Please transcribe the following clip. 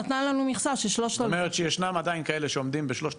נתנה לנו מכסה של 3,000. זאת אומרת שישנם עדיין כאלה שעומדים בשלושת